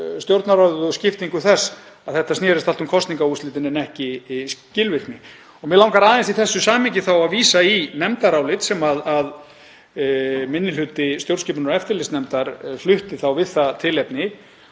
Stjórnarráðið og skiptingu þess að þetta snerist allt um kosningaúrslitin en ekki skilvirkni. Mig langar aðeins í þessu samhengi að vísa í nefndarálit sem minni hluti stjórnskipunar- og eftirlitsnefndar flutti við það tilefni